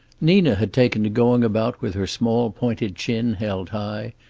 nina had taken to going about with her small pointed chin held high,